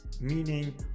Meaning